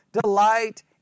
delight